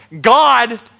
God